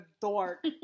dork